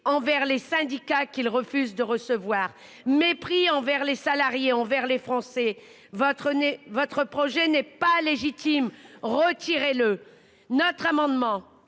envers les syndicats qu'il refuse de recevoir. Mépris envers les salariés et les Français. Votre projet n'est pas légitime, retirez-le ! L'amendement